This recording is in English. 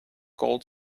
gold